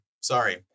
Sorry